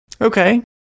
Okay